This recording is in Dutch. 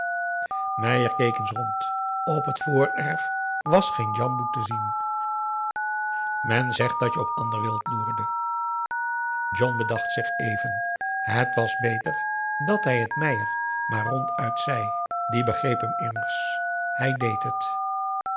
keek eens rond op t voorerf was geen djamboe te zien men zegt dat je op ander wild loerde john bedacht zich even het was beter dat hij t meier maar ronduit zei die begreep hem immers hij deed het